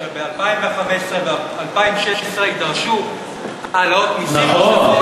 שב-2015 וב-2016 יידרשו העלאות מסים נוספות,